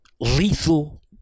Lethal